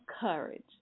courage